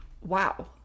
Wow